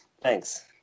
thanks